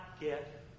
get